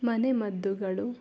ಮನೆಮದ್ದುಗಳು